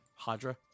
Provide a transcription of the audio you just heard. Hadra